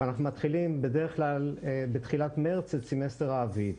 ואנחנו מתחילים בדרך כלל בתחילת מרץ את סמסטר האביב.